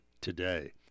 today